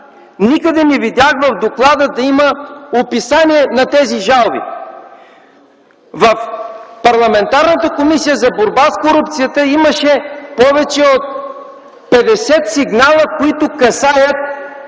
доклада не видях да има описание на тези жалби. В парламентарната Комисия за борба с корупцията имаше повече от 50 сигнала, които касаят